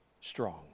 strong